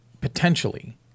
potentially